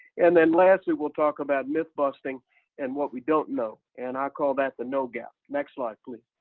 and then lastly we'll talk about myth-busting and what we don't know, and i call that the know gap. next slide.